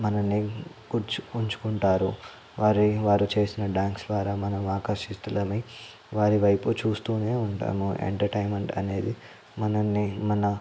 మనల్ని కుచ్చు ఉంచుకుంటారు వారి వారు చేసిన డాన్స్ ద్వారా మనం ఆకర్షితులమై వారి వైపు చూస్తూనే ఉంటాము ఎంటర్టైన్మెంట్ అనేది మనలని మన